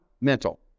mental